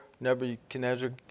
Nebuchadnezzar